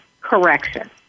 correction